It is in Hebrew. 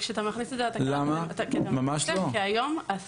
כשאתה מכניס אתה כן פוגע כי היום --- ממש לא.